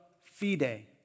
fide